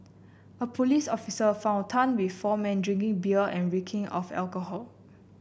a police officer found Tan with four men drinking beer and reeking of alcohol